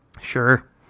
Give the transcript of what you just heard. Sure